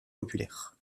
populaires